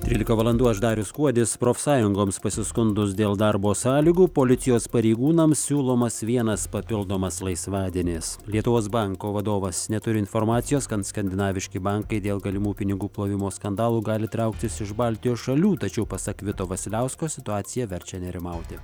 trylika valandų aš darius kuodis profsąjungoms pasiskundus dėl darbo sąlygų policijos pareigūnams siūlomas vienas papildomas laisvadienis lietuvos banko vadovas neturi informacijos kad skandinaviški bankai dėl galimų pinigų plovimo skandalų gali trauktis iš baltijos šalių tačiau pasak vito vasiliausko situacija verčia nerimauti